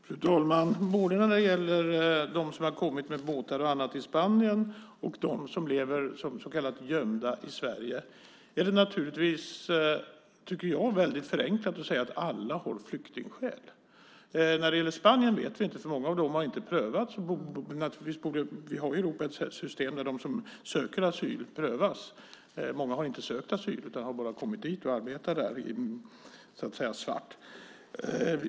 Fru talman! Både när det gäller dem som har kommit med båtar till Spanien och när det gäller dem som lever som så kallat gömda i Sverige är det naturligtvis väldigt förenklat att säga att alla har flyktingskäl. När det gäller dem som kommer till Spanien vet vi det inte eftersom många av dem inte har prövats. Vi har ju i Europa ett system där de som söker asyl prövas. Många har inte sökt asyl utan bara kommit dit och arbetar svart.